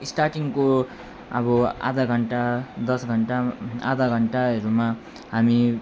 स्टार्टिङको अब आधा घन्टा दस घन्टामा आधा घन्टाहरूमा हामी